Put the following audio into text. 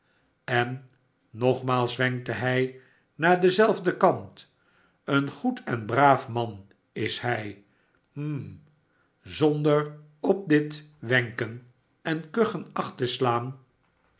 en nogmaals wenkte hij naar denzelfden kant een goed en braaf man is hij hm zonder op dit wenken en